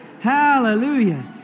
Hallelujah